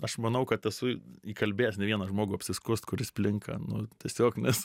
aš manau kad esu įkalbėjęs ne vieną žmogų apsiskust kuris plinka nu tiesiog nes